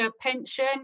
pension